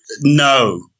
no